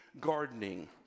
gardening